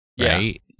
Right